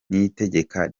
niyitegeka